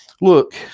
look